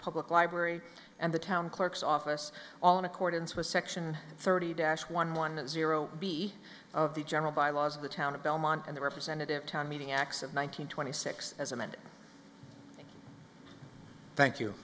public library and the town clerk's office all in accordance with section thirty dash one one zero b of the general bylaws of the town of belmont and the representative town meeting acts of nine hundred twenty six as amended thank you